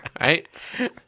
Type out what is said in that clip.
Right